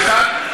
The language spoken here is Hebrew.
סליחה.